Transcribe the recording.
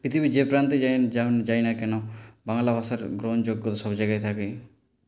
পৃথিবীর যে প্রান্তে যাইনা কেনো বাংলা ভাষার গ্রহণযোগ্য সব জায়গায় থাকে